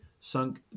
sunk